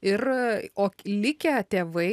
ir o likę tėvai